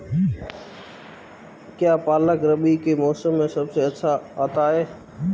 क्या पालक रबी के मौसम में सबसे अच्छा आता है?